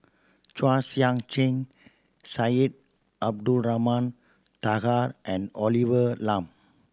Chua Sian Chin Syed Abdulrahman Taha and Olivia Lum